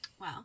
Wow